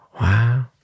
Wow